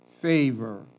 favor